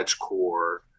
core